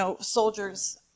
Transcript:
soldiers